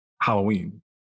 Halloween